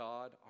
God